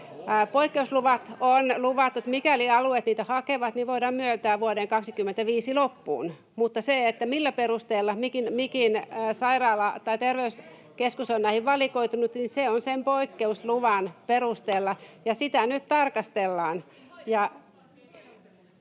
Poikkeusluvista on luvattu, että mikäli alueet niitä hakevat, niin voidaan myöntää vuoden 25 loppuun, mutta se, millä perusteella mikin sairaala tai terveyskeskus on näihin valikoitunut, niin se on sen poikkeusluvan perusteella, ja sitä nyt tarkastellaan.